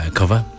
cover